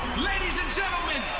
ladies and gentlemen,